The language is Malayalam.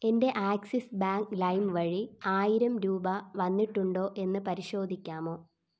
എൻ്റെ ആക്സിസ് ബാങ്ക് ലൈം വഴി ആയിരം രൂപ വന്നിട്ടുണ്ടോ എന്ന് പരിശോധിക്കാമോ